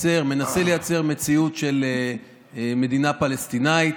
מנסה לייצר מציאות של מדינה פלסטינית,